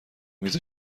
میز